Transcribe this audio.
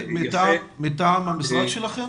מטעם המשרד שלכם?